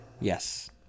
Yes